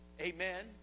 Amen